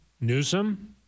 Newsom